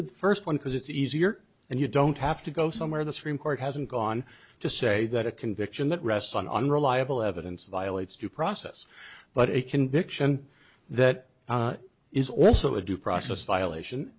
with the first one because it's easier and you don't have to go somewhere the supreme court hasn't gone to say that a conviction that rests on unreliable evidence violates due process but a conviction that is also a due process violation